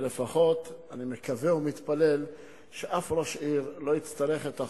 ולפחות אני מקווה ומתפלל שאף ראש עיר לא יצטרך אותו,